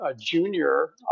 junior